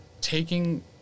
taking